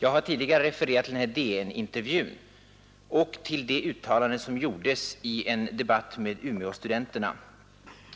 Jag har tidigare refererat till DN-intervjun och till de uttalanden som gjordes i en debatt med Umeåstudenterna,